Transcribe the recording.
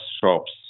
shops